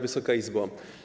Wysoka Izbo!